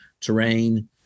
terrain